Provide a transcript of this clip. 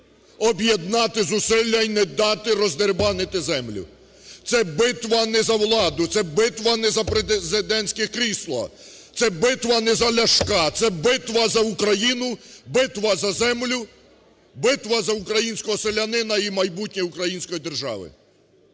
об'єднати зусилля і не дати роздерибанити землі. Це битва не за владу, це битва не за президентське крісло, це битва не за Ляшка, за битва за Україну, битва за землю, битва за українського селянина і майбутнє Української держави.